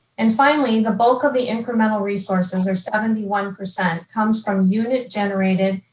and finally, the bulk of the incremental resources or seventy one percent comes from unit generated,